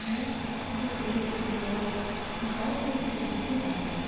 আমরা TV serial যাই কিছু দেখি বাংলায়